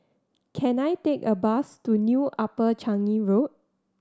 can I take a bus to New Upper Changi Road